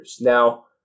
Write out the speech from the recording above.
Now